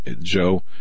Joe